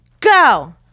go